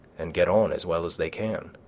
and get on as well as they can.